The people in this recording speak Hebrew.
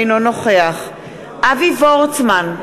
אינו נוכח אבי וורצמן,